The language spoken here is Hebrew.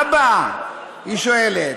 אבא, היא שואלת,